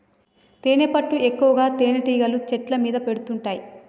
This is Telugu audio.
తేనెపట్టు ఎక్కువగా తేనెటీగలు చెట్ల మీద పెడుతుంటాయి